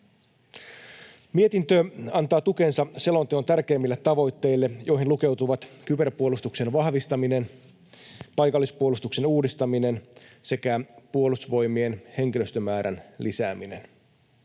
Mietintö antaa tukensa selonteon tärkeimmille tavoitteille, joihin lukeutuvat kyberpuolustuksen vahvistaminen, paikallispuolustuksen uudistaminen sekä Puolustusvoimien henkilöstömäärän lisääminen.